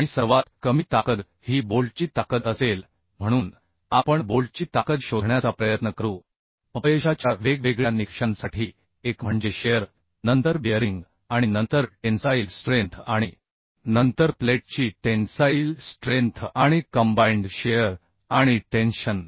आणि सर्वात कमी ताकद ही बोल्टची ताकद असेल म्हणून आपण बोल्टची ताकद शोधण्याचा प्रयत्न करू अपयशाच्या वेगवेगळ्या निकषांसाठी एक म्हणजे शिअर नंतर बिअरिंग आणि नंतर टेन्साईल स्ट्रेंथ आणि नंतर प्लेटची टेन्साईल स्ट्रेंथ आणि कंबाइंड शिअर आणि टेन्शन